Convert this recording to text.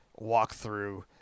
walkthrough